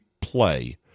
play